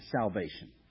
salvation